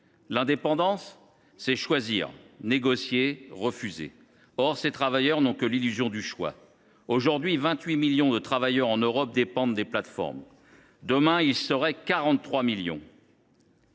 L’indépendance, c’est choisir, négocier, refuser. Or ces travailleurs n’ont que l’illusion du choix. Aujourd’hui, 28 millions de travailleurs dépendent en Europe des plateformes. Demain, ils pourraient être 43 millions